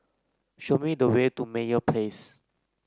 show me the way to Meyer Place